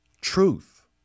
truth